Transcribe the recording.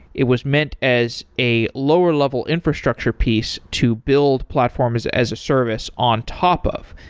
it was meant as a lower level infrastructure piece to build platforms as a service on top of,